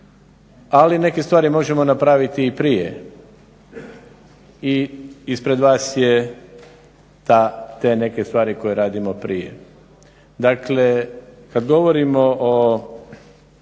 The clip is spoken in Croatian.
ali neke stvari možemo napraviti i prije. I ispred vas je te neke stvari koje radimo prije. Dakle, kada govorimo o